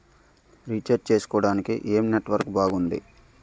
Recharge చేసుకోవటానికి ఏం network బాగుంది?